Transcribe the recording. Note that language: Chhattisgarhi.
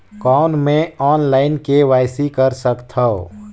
कौन मैं ऑनलाइन के.वाई.सी कर सकथव?